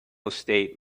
estate